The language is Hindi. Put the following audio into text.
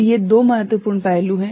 तो ये दो महत्वपूर्ण पहलू हैं